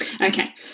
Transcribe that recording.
Okay